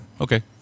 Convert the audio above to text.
Okay